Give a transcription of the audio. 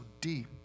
deep